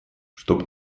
чтобы